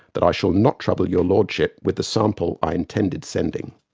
that i shall not trouble your lordship with the sample i intended sending.